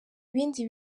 ibindi